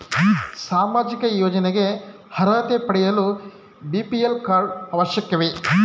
ಸಾಮಾಜಿಕ ಯೋಜನೆಗೆ ಅರ್ಹತೆ ಪಡೆಯಲು ಬಿ.ಪಿ.ಎಲ್ ಕಾರ್ಡ್ ಅವಶ್ಯಕವೇ?